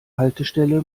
haltestelle